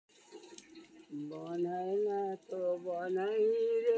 जब अहां ऋण लए कए कार खरीदै छियै, ते कार ऋणदाता कंपनी लग गिरवी रहै छै